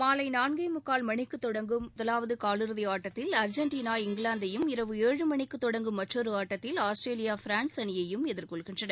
மாலை நான்கே முக்கால் மணிக்கு தொடங்கும் முதவாவது காலிறுதி ஆட்டத்தில் அர்ஜென்டினா இங்கிவாந்தையும் இரவு ஏழு மணிக்குத் தொடங்கும் மற்றொரு ஆட்டத்தில் ஆஸ்திரேலியா பிரான்ஸ் அணியையும் எதிர்கொள்கின்றன